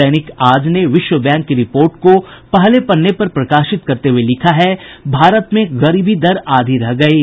दैनिक आज ने विश्व बैंक की रिपोर्ट को पहले पन्ने पर प्रकाशित करते हुए लिखा है भारत में गरीबी दर आधी रह गयी